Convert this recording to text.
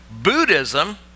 Buddhism